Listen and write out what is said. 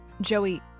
Joey